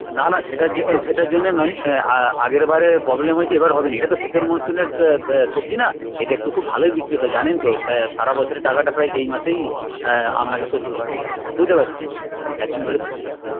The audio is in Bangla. না না সেটার জন্য সেটার জন্য নয় আগেরবারে প্রবলেম হয়েছে এবারে হবেনা এটা তো শীতের মরশুমের সবজি না এটা একটু খুব ভালোই বিক্রি হয় জানেন তো তো সারা বছরের টাকাটা প্রায় এই মাসেই আপনাকে শোধ করে দিই বুঝতে পারছেন এত দিন ধরে